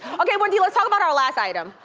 okay, wendy, let's talk about our last item.